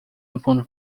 upon